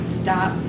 stop